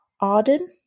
Arden